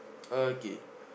okay